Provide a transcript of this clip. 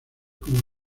como